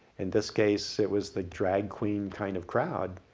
in this case it was the drag queen kind of crowd,